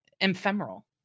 ephemeral